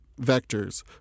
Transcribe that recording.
vectors